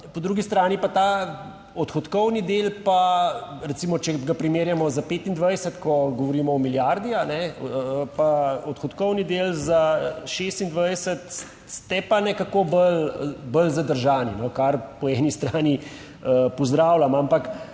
Po drugi strani pa ta odhodkovni del pa, recimo, če ga primerjamo s 2025, ko govorimo o milijardi, pa odhodkovni del za 2026, ste pa nekako bolj zadržani, kar po eni strani pozdravljam. Ampak